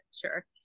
sure